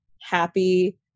happy